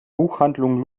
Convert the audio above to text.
buchhandlung